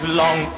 long